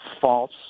false